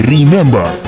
Remember